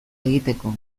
egiteko